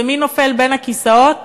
ומי נופל בין הכיסאות?